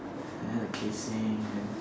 and then the casing then